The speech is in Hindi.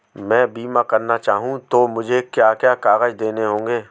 मैं बीमा करना चाहूं तो मुझे क्या क्या कागज़ देने होंगे?